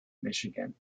michigan